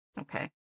Okay